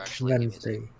Wednesday